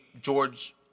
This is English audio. George